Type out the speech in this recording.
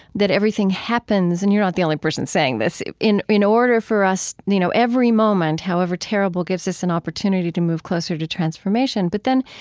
that everything happens and you're not the only person saying this in in order for us, you know, every moment, however terrible, gives us an opportunity to move closer to transformation. but then,